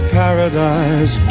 paradise